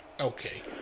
Okay